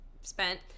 spent